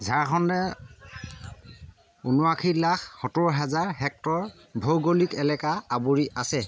ঝাৰখণ্ডে ঊনআশী লাখ সত্তৰ হাজাৰ হেক্টৰ ভৌগোলিক এলেকা আৱৰি আছে